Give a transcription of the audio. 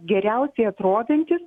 geriausiai atrodantis